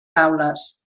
taules